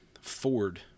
Ford